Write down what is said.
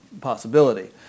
possibility